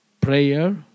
prayer